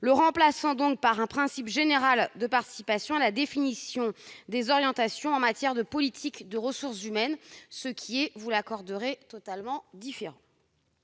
remplaçant ce dernier par un principe général de participation à la définition des orientations en matière de politique de ressources humaines, ce qui est- vous me l'accorderez -totalement différent.